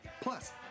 Plus